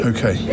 Okay